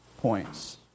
points